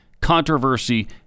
controversy